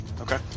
Okay